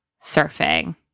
surfing